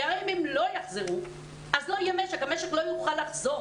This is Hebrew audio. כי אם הם לא יחזרו המשק לא יחזור.